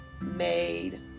made